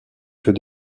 que